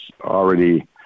already